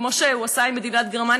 כמו שהוא עשה עם מדינת גרמניה,